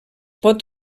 pot